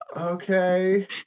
Okay